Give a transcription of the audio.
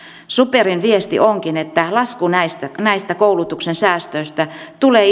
superin viesti onkin että lasku näistä näistä koulutuksen säästöistä tulee